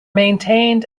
maintained